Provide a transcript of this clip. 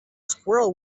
squirrel